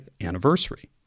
anniversary